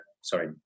sorry